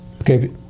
Okay